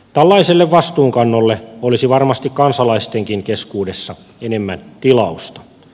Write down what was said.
tällaiselle vastuunkannolle olisi varmasti kansalaistenkin keskuudessa enemmän tilausta